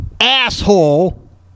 asshole